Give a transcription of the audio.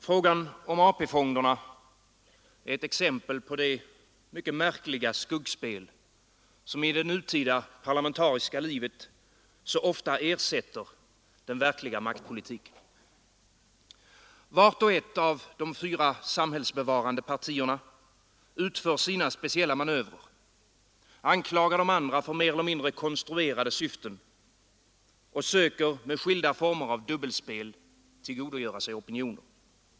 Herr talman! Frågan om AP-fonderna är ett exempel på det mycket märkliga skuggspel som i det nutida parlamentariska livet så ofta ersätter den verkliga maktpolitiken. Vart och ett av de fyra samhällsbevarande partierna utför sina speciella manövrer, anklagar de andra för mer eller mindre konstruerade syften och söker med skilda former av dubbelspel tillgodogöra sig opinioner.